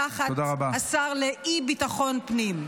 תחת השר לאי-ביטחון פנים.